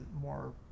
more